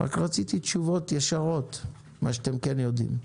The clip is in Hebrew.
רק רציתי תשובות ישרות לגבי מה שאתם כן יודעות.